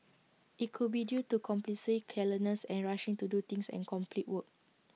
IT could be due to carelessness and rushing to do things and complete work